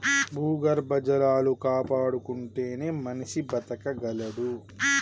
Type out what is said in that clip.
భూగర్భ జలాలు కాపాడుకుంటేనే మనిషి బతకగలడు